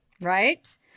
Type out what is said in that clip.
right